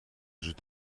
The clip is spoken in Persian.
وجود